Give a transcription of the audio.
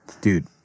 Dude